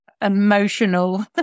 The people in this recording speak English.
emotional